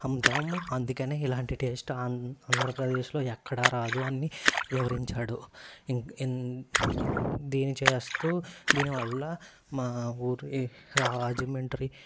అమ్ముతాము అందుకనే ఇలాంటి టేస్ట్ ఆంధ్రప్రదేశ్లొ ఎక్కడా రాదు అని వివరించాడు దీనిచేస్తూ దీనివల్ల మా ఊరి రాజమండ్రి